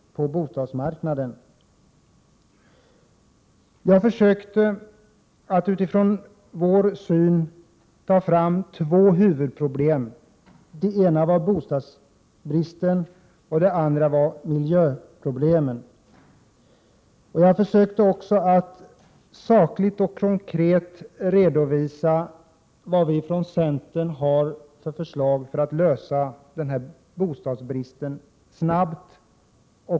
Jag försökte utifrån vår syn att ta fram två huvudproblem. Det ena var bostadsbristen, och det andra var miljöproblemet. Jag försökte också att sakligt och konkret redovisa vilka förslag centern har för att nu snabbt komma till rätta med bostadsbristen.